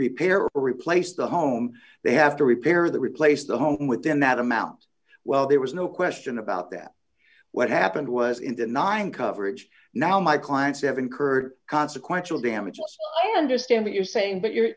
repair or replace the home they have to repair the replace the home within that amount well there was no question about that what happened was in denying coverage now my clients have incurred consequential damages i understand what you're saying but